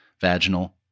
vaginal